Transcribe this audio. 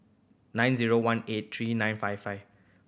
nine zero one eight three nine five five